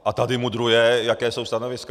A tady mudruje, jaká jsou stanoviska.